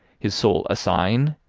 his sole assign,